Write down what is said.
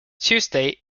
tuesday